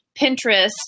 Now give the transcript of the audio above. Pinterest